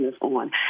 on